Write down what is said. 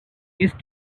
east